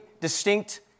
distinct